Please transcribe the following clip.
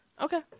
Okay